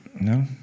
No